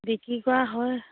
বিক্ৰী কৰা হয়